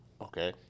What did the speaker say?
Okay